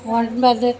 ஒன்பது